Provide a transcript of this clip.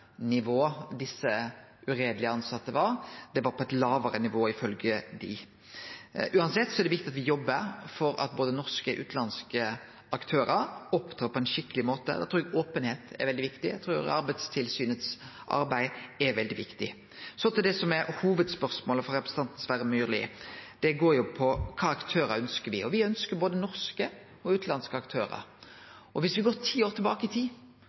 jobbar for at både norske og utanlandske aktørar opptrer på ein skikkeleg måte, og då trur eg openheit er veldig viktig, og eg trur Arbeidstilsynets arbeid er veldig viktig. Så til det som er hovudspørsmålet frå representanten Sverre Myrli, og det går på kva aktørar me ønskjer. Me ønskjer både norske og utanlandske aktørar, og om me går ti år tilbake i tid,